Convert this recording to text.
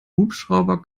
hubschrauber